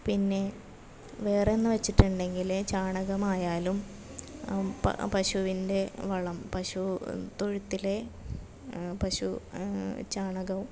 പിന്നെ വേറെയെന്ന് വെച്ചിട്ടുണ്ടെങ്കിൽ ചാണകമായാലും പ പശുവിൻ്റെ വളം പശു തൊഴുത്തിലെ പശു ചാണകം